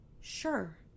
sure